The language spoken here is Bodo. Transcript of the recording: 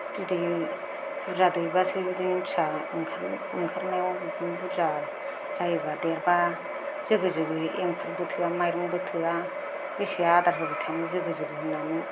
बिदै बुरजा दैबासो बिदिनो फिसा ओंखारो ओंखारनायाव बिदिनो बुरजा जायोबा देरबा जोगो जोगोयै एंखुरबो थोआ माइरंबो थोआ बेसे आदार होबाय थानो जोगो जोगो होन्नानै